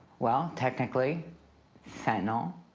well technically fentanyl.